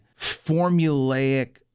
Formulaic